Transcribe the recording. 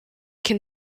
can